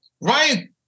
Ryan—